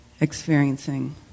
experiencing